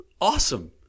Awesome